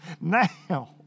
Now